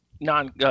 non